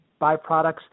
byproducts